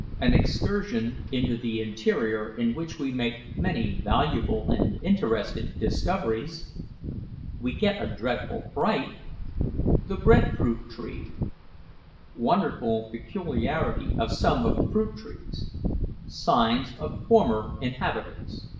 an excursion into the interior in which we make many valuable and interesting discoveries we get a dreadful fright the bread-fruit tree wonderful peculiarity of some of the fruit-trees signs of former inhabitants.